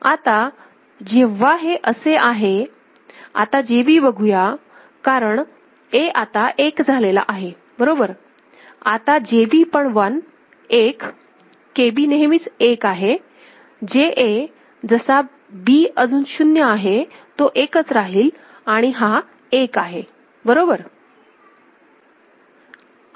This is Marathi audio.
आता जेव्हा हे असे आहे आता JB बघूया कारण A आता 1 झाला आहे बरोबर आता JB पण 1 KB नेहमीच 1 आहे JA जसा B अजून 0 आहे तो 1 च राहील आणि हा 1 आहे बरोबर